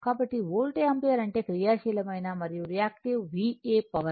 కాబట్టి volt ampere అంటే క్రియా శీలమైన మరియు రియాక్టివ్ VA పవర్